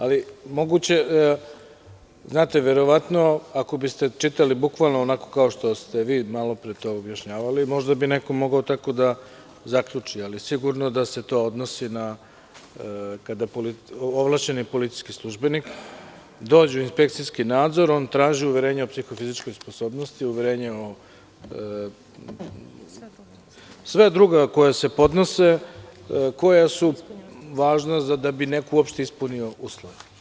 Ako biste čitali bukvalno onako kao što ste vi malopre objašnjavali, možda bi neko mogao tako da zaključi, ali sigurno da se to odnosi na to kada ovlašćeni policijski službenik dođe u inspekcijski nadzor, on traži uverenje o psihofizičkoj sposobnosti i sva druga koja se podnose, koja su važna da bi neko uopšte ispunio uslove.